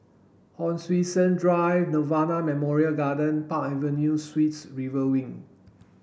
Hon Sui Sen Drive Nirvana Memorial Garden Park Avenue Suites River Wing